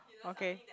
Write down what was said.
okay